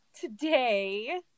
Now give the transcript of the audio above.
Today